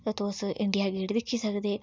ते तुस India Gate बी दिक्खी सकदे